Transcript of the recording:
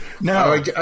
No